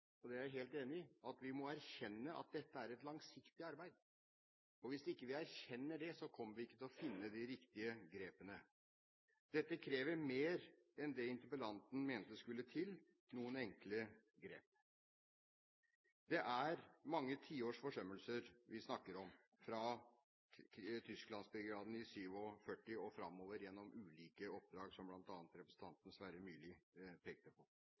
og det er jeg helt enig i – at vi må erkjenne at dette er et langsiktig arbeid, og hvis vi ikke erkjenner det, kommer vi ikke til å finne de riktige grepene. Dette krever mer enn det interpellanten mente skulle til, noen enkle grep. Det er mange tiårs forsømmelser vi snakker om, fra Tysklandsbrigaden i 1947 og framover gjennom ulike oppdrag, som bl.a. representanten Sverre Myrli pekte på.